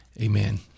amen